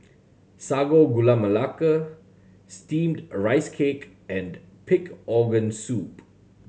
Sago Gula Melaka steamed a rice cake and pig organ soup